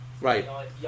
Right